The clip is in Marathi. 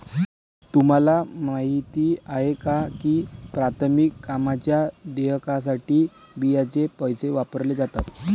तुम्हाला माहिती आहे का की प्राथमिक कामांच्या देयकासाठी बियांचे पैसे वापरले जातात?